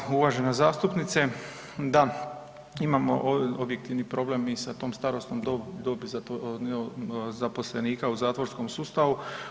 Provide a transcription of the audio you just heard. Hvala uvažena zastupnice, da imamo objektivni problem i sa tom starosnom dobi zaposlenika u zatvorskom sustavu.